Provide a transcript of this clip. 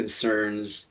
concerns